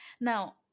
Now